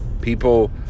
People